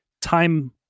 time